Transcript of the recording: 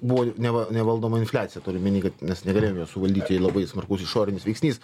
buvo neva nevaldoma infliacija turiu omeny kad mes negalėjom jos suvaldyt ji labai smarkus išorinis veiksnys